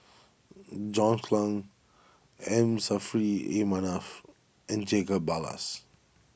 John Clang M Saffri A Manaf and Jacob Ballas